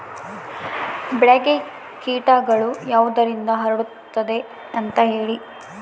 ಬೆಳೆಗೆ ಕೇಟಗಳು ಯಾವುದರಿಂದ ಹರಡುತ್ತದೆ ಅಂತಾ ಹೇಳಿ?